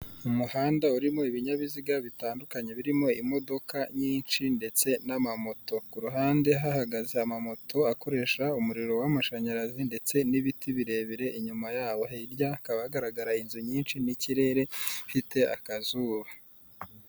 Mu muhanda urimo ibinyabiziga bitandukanye birimo imodoka nyinshi ndetse n'amamoto, ku ruhande hahagaze amamoto akoresha umuriro w'amashanyarazi ndetse n'ibiti birebire inyuma yabo, hirya hakaba hagaragara inzu nyinshi n'ikirere gifite akazuba.